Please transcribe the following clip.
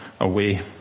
away